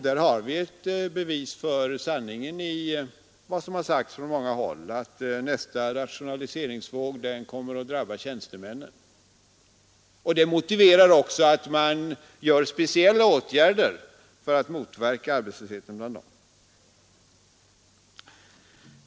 Där har vi ett bevis för sanningen i vad som sagts från många håll om att nästa rationaliseringsvåg kommer att drabba tjänstemännen. Det motiverar också att man vidtar speciella åtgärder för att motverka arbetslösheten bland tjänstemännen.